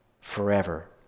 forever